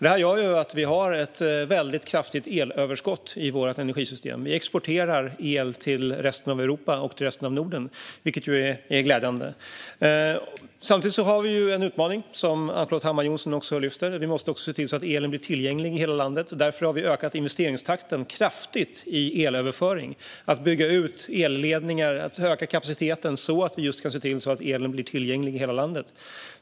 Det här gör att vi har ett kraftigt elöverskott i vårt energisystem. Vi exporterar el till resten av Europa och resten av Norden, vilket ju är glädjande. Samtidigt har vi en utmaning, som Ann-Charlotte Hammar Johnsson lyfter fram. Vi måste se till att elen blir tillgänglig i hela landet. Därför har vi kraftigt ökat investeringstakten i elöverföring, i att bygga ut elledningar och öka kapaciteten så att vi kan se till att elen blir tillgänglig i hela landet.